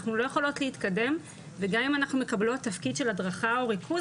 אנחנו לא יכולות להתקדם וגם אם אנחנו מקבלות תפקיד של הדרכה או ריכוז,